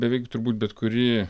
beveik turbūt bet kuri